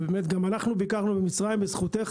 אנחנו גם ביקרנו במצרים בזכותך,